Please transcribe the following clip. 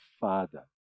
Father